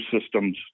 systems